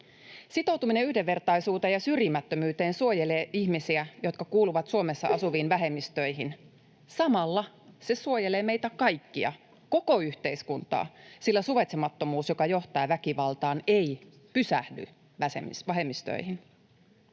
Sitoutuminen yhdenvertaisuuteen ja syrjimättömyyteen suojelee ihmisiä, jotka kuuluvat Suomessa asuviin vähemmistöihin. Samalla se suojelee meitä kaikkia, koko yhteiskuntaa, sillä suvaitsemattomuus, joka johtaa väkivaltaan, ei pysähdy vähemmistöihin.